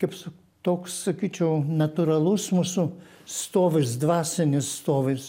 kaip su toks sakyčiau natūralus mūsų stovis dvasinis stovis